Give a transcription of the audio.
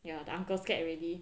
ya the uncle scared already